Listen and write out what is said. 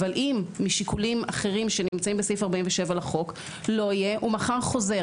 אבל אם משיקולים אחרים שנמצאים בסעיף 47 לחוק לא יהיה - הוא מחר חוזר.